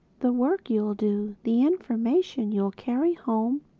the work you'll do, the information you'll carry home,